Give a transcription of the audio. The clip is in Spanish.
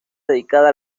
dedicada